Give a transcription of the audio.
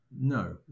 no